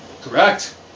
Correct